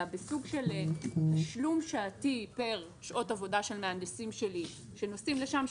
אלא בסוג של תשלום שעתי פר שעות עבודה של מהנדסים שלי שנוסעים לשם,